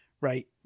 right